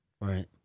Right